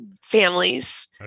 families